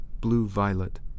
Blue-violet